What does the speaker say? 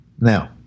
Now